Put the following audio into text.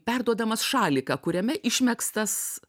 perduodamas šaliką kuriame išmegztas